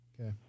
Okay